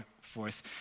forth